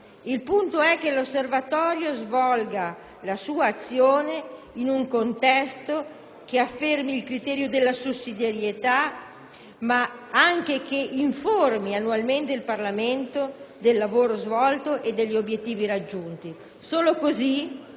Il punto è che l'osservatorio svolga la sua azione in un contesto che affermi il criterio della sussidiarietà, ma anche che informi annualmente il Parlamento del lavoro svolto e degli obiettivi raggiunti. Solo così